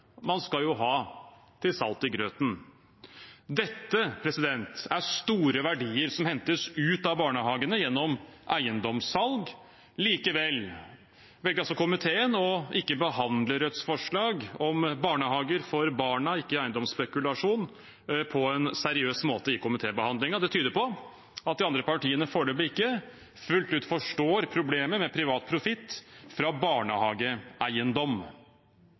man skal jo ha til salt i grøten. Dette er store verdier, som hentes ut av barnehagene gjennom eiendomssalg. Likevel velger altså komiteen ikke å behandle Rødts forslag om barnehager for barna, ikke eiendomsspekulasjon, på en seriøs måte i komitébehandlingen. Det tyder på at de andre partiene foreløpig ikke fullt ut forstår problemet med privat profitt fra barnehageeiendom.